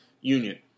union